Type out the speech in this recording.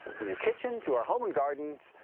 from your kitchen, to our home and gardens,